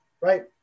right